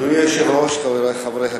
אדוני היושב-ראש, חברי חברי הכנסת,